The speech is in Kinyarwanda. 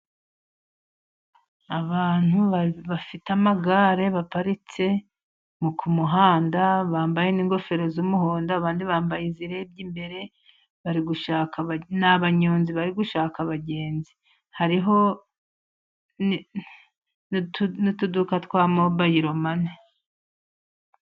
Abantu bafite amagare baparitse ku muhanda bambaye n'ingofero z'umuhondo abandi bambaye izirebye imbere. Ni abanyonzi bari gushaka abagenz. Hariho n'utuduka twa mobayiro mani.